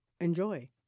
enjoy